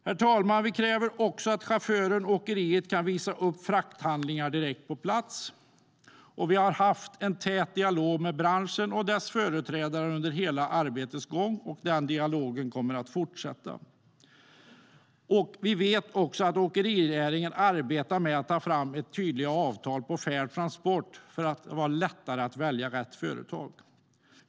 Herr talman! Vi kräver också att chauffören eller åkeriet kan visa upp frakthandlingar direkt på plats. Vi har haft en tät dialog med branschen och dess företrädare under hela arbetets gång, och den dialogen kommer att fortsätta. Åkerinäringen arbetar med att ta fram ett tydligt avtal för Fair Transport för att det ska vara lättare att välja rätt företag.